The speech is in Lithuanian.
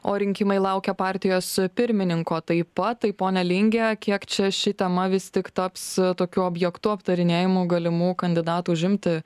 o rinkimai laukia partijos pirmininko taip pat tai pone linge kiek čia ši tema vis tik taps tokiu objektu aptarinėjamu galimų kandidatų užimti